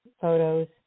photos